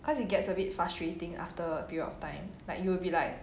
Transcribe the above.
cause it gets a bit frustrating after a period of time like you will be like